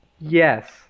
Yes